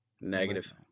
Negative